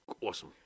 awesome